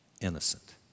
innocent